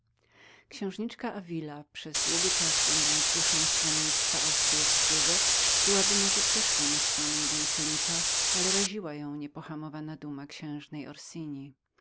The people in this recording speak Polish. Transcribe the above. księżniczka davila przez długi czas będąc duszą stronnictwa austryackiego byłaby może przeszła na stronę don phelipa ale raziła ją niepohamowana duma księżnej